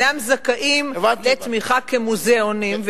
אינם זכאים לתמיכה כמוזיאונים,